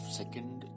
second